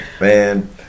Man